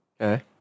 Okay